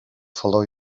follow